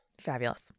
Fabulous